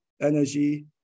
energy